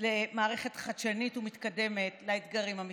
למערכת חדשנית ומתקדמת לאתגרים המתפתחים,